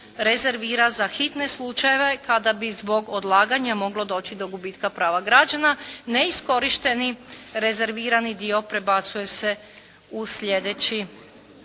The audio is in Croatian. rezervira za hitne slučajeve kada bi zbog odlaganja moglo doći do gubitka prava građana, neiskorišteni rezervirani dio prebacuje se u sljedeći